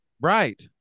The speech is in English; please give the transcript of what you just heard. right